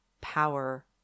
power